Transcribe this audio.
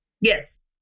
yes